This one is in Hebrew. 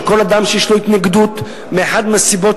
שכל אדם שיש לו התנגדות מאחת מהסיבות